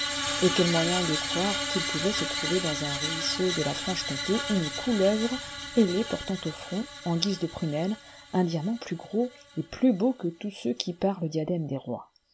et quel moyen de croire qu'il pouvait se trouver dans un ruisseau de la franchecomté une couleuvre ailée portant au front en guise de prunelle un diamant plus gros et plus beau que tous ceux qui parent le diadème des rois